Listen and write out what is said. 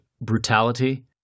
brutality